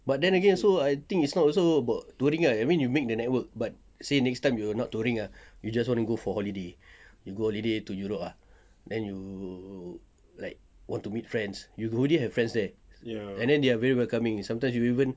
but then again also I think it's not also about touring ah I mean you make the network but say next time you're not touring ah you just want to go for a holiday you go holiday to europe ah then you like want to meet friends you already have friends there and then they are very welcoming sometimes you even